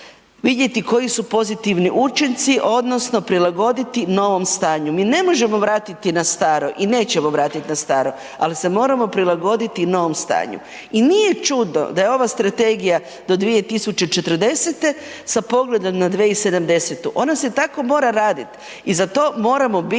vidjeti koji su pozitivni učinci, odnosno prilagoditi novom stanju. Mi ne možemo vratiti na staro i nećemo vratiti na staro, ali se moramo prilagoditi novom stanju. I nije čudo da je ova Strategija do 2040. sa pogledom na 2070., ona se tako mora raditi i za to moramo biti